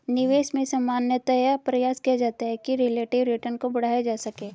निवेश में सामान्यतया प्रयास किया जाता है कि रिलेटिव रिटर्न को बढ़ाया जा सके